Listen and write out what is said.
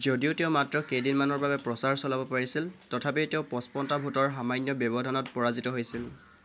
যদিও তেওঁ মাত্ৰ কেইদিনমানৰ বাবে প্ৰচাৰ চলাব পাৰিছিল তথাপি তেওঁ পঁচপন্নটা ভোটৰ সামান্য ব্যৱধানত পৰাজিত হৈছিল